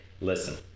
listen